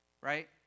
right